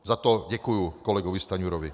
Za to děkuji kolegovi Stanjurovi.